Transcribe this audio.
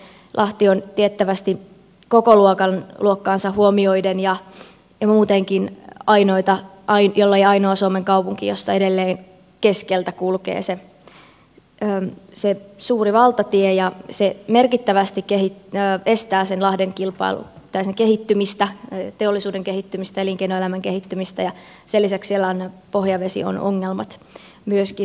lahti on tiettävästi kokoluokkansa huomioiden ja muutenkin ainoita jollei ainoa suomen kaupunki jossa edelleen keskeltä kulkee se suuri valtatie ja se merkittävästi estää lahden kehittymistä teollisuuden kehittymistä elinkeinoelämän kehittymistä ja sen lisäksi siellä on pohjavesiongelmat myöskin